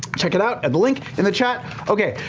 check it out at the link in the chat. okay,